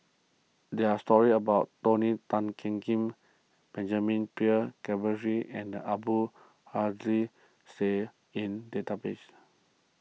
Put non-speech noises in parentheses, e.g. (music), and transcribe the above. there are stories about Tony Tan Keng (unintelligible) Benjamin (unintelligible) Keasberry and Abdul (unintelligible) Syed in database